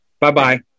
Bye-bye